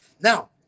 now